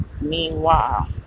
meanwhile